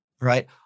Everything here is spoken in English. right